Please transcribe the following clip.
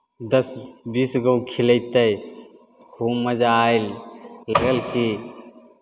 दस बीस गाँव खिलयतै खूब मजा आयल लागल कि